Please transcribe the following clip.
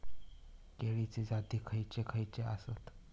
केळीचे जाती खयचे खयचे आसत?